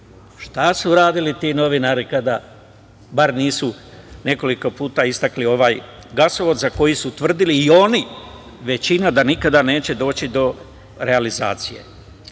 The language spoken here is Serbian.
Šta su radili ti novinari kada bar nisu nekoliko puta istakli ovaj gasovod za koji su tvrdili i oni, većina, da nikada neće doći do realizacije. Ovaj